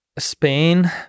spain